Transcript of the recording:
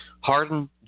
Harden